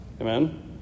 Amen